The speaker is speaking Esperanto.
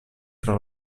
tra